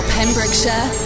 Pembrokeshire